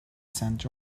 sand